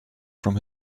from